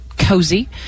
cozy